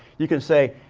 you can say,